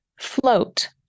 float